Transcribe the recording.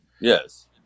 Yes